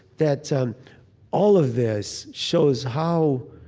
that um all of this shows how